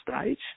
stage